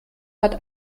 hat